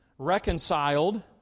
Reconciled